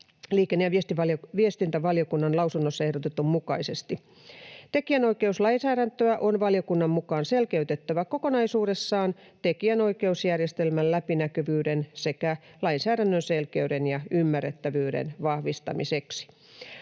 liikenne- ja viestintävaliokunnan lausunnossa ehdotetun mukaisesti. Tekijänoikeuslainsäädäntöä on valiokunnan mukaan selkeytettävä kokonaisuudessaan tekijänoikeusjärjestelmän läpinäkyvyyden sekä lainsäädännön selkeyden ja ymmärrettävyyden vahvistamiseksi.